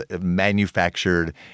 manufactured